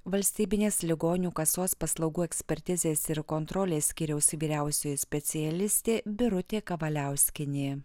valstybinės ligonių kasos paslaugų ekspertizės ir kontrolės skyriaus vyriausioji specialistė birutė kavaliauskienė